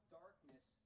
darkness